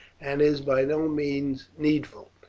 and is by no means needful,